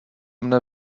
mne